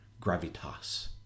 gravitas